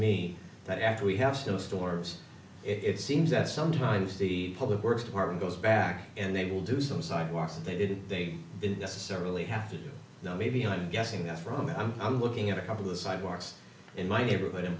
me that after we have snowstorms it seems that sometimes the public works department goes back and they will do some sidewalks and they didn't they didn't necessarily have to know maybe i'm guessing that's wrong i'm looking at a couple of the sidewalks in my neighborhood and